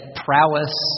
prowess